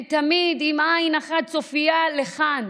הם תמיד עם עין אחת צופייה לכאן.